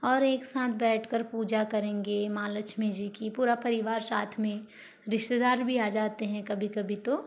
और एक साथ बैठकर पूजा करेंगे माँ लक्ष्मी जी की पूरा परिवार साथ में रिश्तेदार भी आ जाते हैं कभी कभी तो